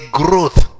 growth